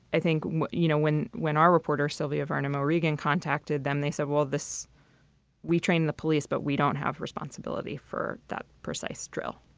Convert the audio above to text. i think, you know, when when our reporter, silvia verna morrigan, contacted them, they said, well, this we trained the police, but we don't have responsibility for that precise drill.